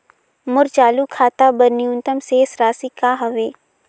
मोर चालू खाता बर न्यूनतम शेष राशि का हवे?